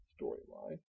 storyline